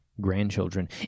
grandchildren